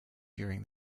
during